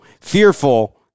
fearful